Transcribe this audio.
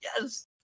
Yes